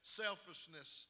selfishness